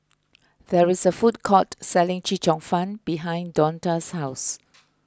there is a food court selling Chee Cheong Fun behind Donta's house